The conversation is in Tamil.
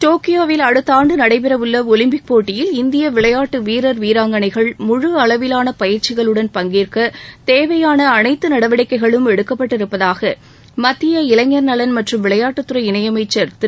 டோக்கியோவில் அடுத்த ஆண்டு நடைபெறவுள்ள ஒலிம்பிக் போட்டியில் இந்திய விளையாட்டு வீரர் வீராங்கணைகள் முழு அளவிலான பயிற்சிகளுடன் பங்கேற்க தேவையான அனைத்து நடவடிக்கைகளும் எடுக்கப்பட்டு இருப்பதாக மத்திய இளைஞர் நலன் மற்றும் விளையாட்டுத்துறை இணையமைச்சர் திரு